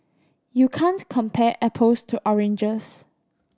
you can't compare apples to oranges